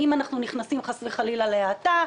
אם אנחנו נכנסים חס וחלילה להאטה,